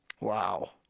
Wow